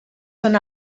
són